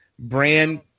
Brand